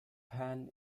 pan